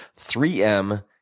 3M